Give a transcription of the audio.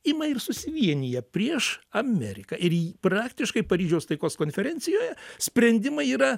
ima ir susivienija prieš ameriką ir į praktiškai paryžiaus taikos konferencijoje sprendimai yra